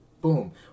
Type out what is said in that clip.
boom